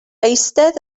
eistedd